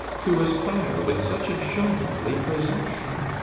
to aspire with such a giantly presumption,